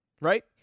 right